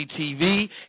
TV